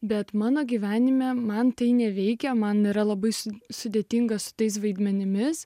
bet mano gyvenime man tai neveikia man yra labai sudėtinga su tais vaidmenimis